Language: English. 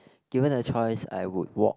given a choice I would walk